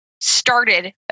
started